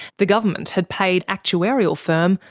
the government had paid actuarial firm,